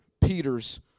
Peter's